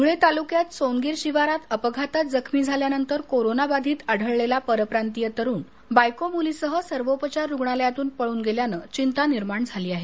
धुळे तालुक्यात सोनगीर शिवारात अपघातात जखमी झाल्यानंतर कोरोना बाधित आढळलेला परप्रातीय तरुण बायको मुलीसह सर्वोपचार रुग्णालयातून पळून गेल्यानं खळबळ उडाली आहे